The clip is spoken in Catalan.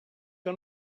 que